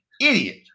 Idiot